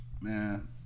man